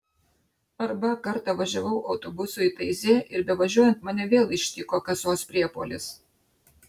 arba kartą važiavau autobusu į taizė ir bevažiuojant mane vėl ištiko kasos priepuolis